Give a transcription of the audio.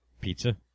Pizza